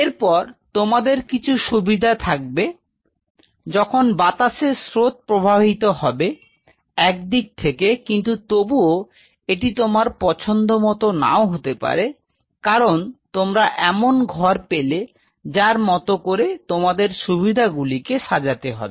এরপর তোমাদের কিছু সুবিধা থাকবে যখন বাতাসের স্রোত প্রবাহিত হবে একদিক থেকে কিন্তু তবুও এটি তোমার পছন্দ মত নাও হতে পারে কারণ তোমরা এমন ঘর পেলে যার মতো করে তোমাদের সুবিধাগুলি কে সাজাতে হবে